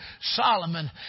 Solomon